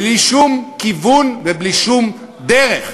בלי שום כיוון ובלי שום דרך.